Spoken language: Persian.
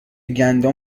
گندم